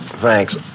Thanks